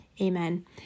Amen